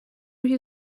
you